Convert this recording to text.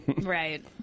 Right